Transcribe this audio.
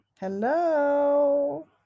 Hello